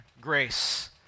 grace